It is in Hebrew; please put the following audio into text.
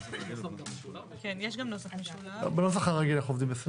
בנוסח הרגיל אנחנו עובדים.